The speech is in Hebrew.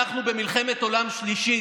אנחנו במלחמת עולם שלישית.